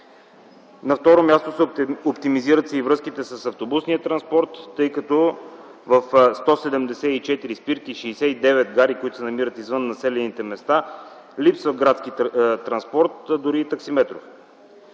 На второ място, оптимизират се връзките с автобусния транспорт, тъй като в 174 спирки и 69 гари, които се намират извън населените места, липсва градски, дори и таксиметров